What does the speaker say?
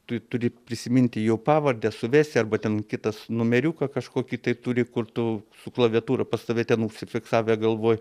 tu turi prisiminti jo pavardę suvesti arba ten kitas numeriuką kažkokį tai turi kur tu su klaviatūra pas tave ten užsifiksavę galvoj